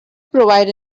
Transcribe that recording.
provide